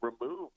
remove